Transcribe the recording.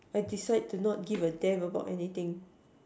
I decide to not give a damn about anything